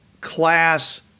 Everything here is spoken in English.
class